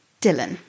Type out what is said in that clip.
Dylan